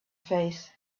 face